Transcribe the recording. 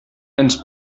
ens